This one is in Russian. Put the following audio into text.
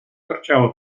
торчала